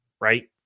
right